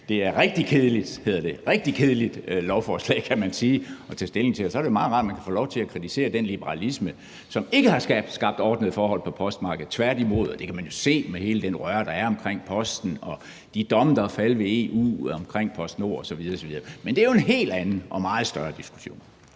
sider af det . Det er et rigtig kedeligt lovforslag, kan man sige, at tage stilling til, og så er det jo meget rart, at man kan få lov til at kritisere den liberalisme, som ikke har skabt ordnede forhold på postmarkedet, tværtimod. Det kan man jo se med hele det røre, der er omkring posten, og med de domme, der er faldet ved EU, i forbindelse med PostNord osv. osv. Men det er jo en helt anden og meget større diskussion.